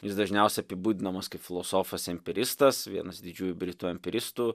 jis dažniausiai apibūdinamas kaip filosofas empiristas vienas didžiųjų britų empiristų